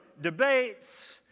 debates